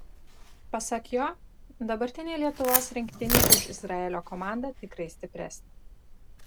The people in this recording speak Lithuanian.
pasak jo dabartinė lietuvos rinktinė už izraelio komandą tikrai stipresnė